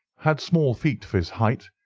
had small feet for his height,